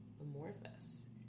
amorphous